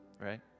right